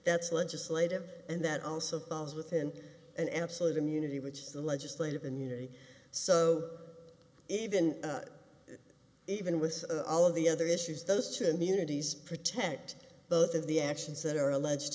that's legislative and that also falls within an absolute immunity which the legislative immunity so even even with all of the other issues those two and the unities protect both of the actions that are alleged